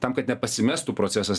tam kad nepasimestų procesas